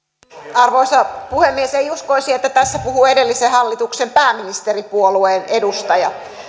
arvoisa puhemies ei uskoisi että tässä puhuu edellisen hallituksen pääministeripuolueen edustaja